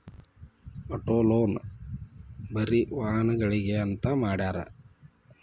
auto loan ಬರೆ ವಾಹನಗ್ಳಿಗೆ ಅಂತ್ ಮಾಡ್ಯಾರ